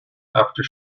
after